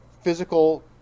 physical